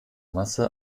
masse